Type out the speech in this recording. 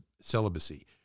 celibacy